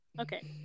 Okay